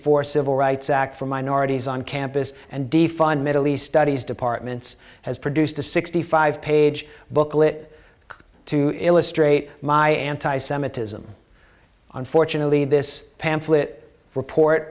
four civil rights act for minorities on campus and defun middle east studies departments has produced a sixty five page booklet to illustrate my anti semitism unfortunately this pamphlet report